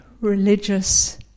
religious